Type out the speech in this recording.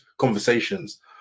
conversations